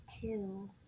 two